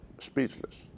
Speechless